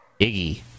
Iggy